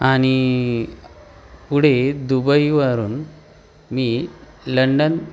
आणि पुढे दुबईवरून मी लंडन